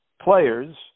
players